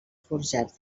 forjats